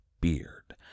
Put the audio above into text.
beard